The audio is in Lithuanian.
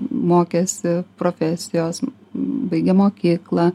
mokėsi profesijos baigė mokyklą